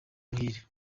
muhire